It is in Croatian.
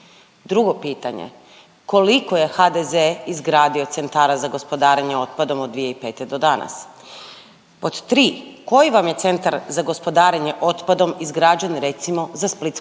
Drugo pitanje, koliko je HDZ izgradio centara za gospodarenje otpadom od 2005. do danas? Pod tri, koji vam je centar za gospodarenje otpadom izgrađen, recimo, za